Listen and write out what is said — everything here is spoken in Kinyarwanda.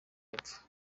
y’epfo